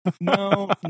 no